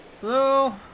Hello